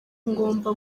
ngomba